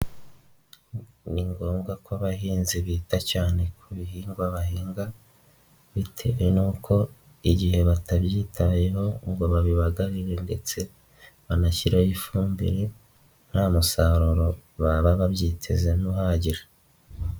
Ni ngombwa ko abahinzi bita cyane ku bihingwa bahinga, bitewe n'uko igihe batabyitayeho ngo babibaganire ndetse banashyireho ifumbire nta musaruro baba babyitezemo uhagije.